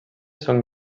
són